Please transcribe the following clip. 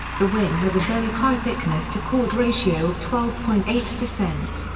the wing has a very high thickness-to-chord ratio of twelve point eight per cent,